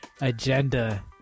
agenda